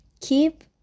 keep